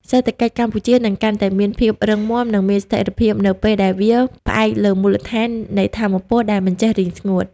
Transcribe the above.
សេដ្ឋកិច្ចកម្ពុជានឹងកាន់តែមានភាពរឹងមាំ និងមានស្ថិរភាព នៅពេលដែលវាផ្អែកលើមូលដ្ឋាននៃថាមពលដែលមិនចេះរីងស្ងួត។